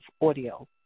audio